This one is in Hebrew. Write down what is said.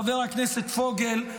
חבר הכנסת פוגל,